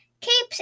capes